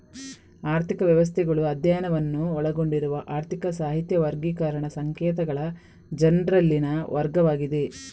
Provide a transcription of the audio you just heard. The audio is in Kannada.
ಆರ್ಥಿಕ ವ್ಯವಸ್ಥೆಗಳು ಅಧ್ಯಯನವನ್ನು ಒಳಗೊಂಡಿರುವ ಆರ್ಥಿಕ ಸಾಹಿತ್ಯ ವರ್ಗೀಕರಣ ಸಂಕೇತಗಳ ಜರ್ನಲಿನಲ್ಲಿನ ವರ್ಗವಾಗಿದೆ